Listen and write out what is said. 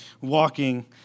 walking